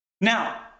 now